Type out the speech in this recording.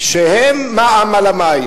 שהם מע"מ על המים.